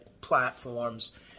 platforms